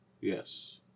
Yes